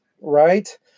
right